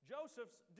Joseph's